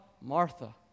Martha